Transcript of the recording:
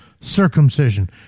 circumcision